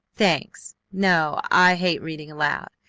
thanks! no! i hate reading aloud.